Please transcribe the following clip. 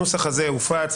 הנוסח הזה הופץ.